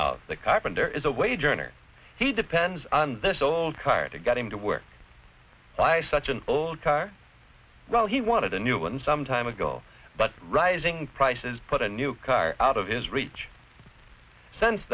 carpenter is a wage earner he depends on this old car to get him to work by such an old car well he wanted a new one some time ago but rising prices put a new car out of his reach since